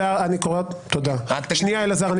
רגע אלעזר,